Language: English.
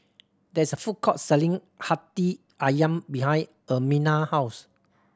there is a food court selling Hati Ayam behind Ermina house